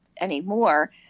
anymore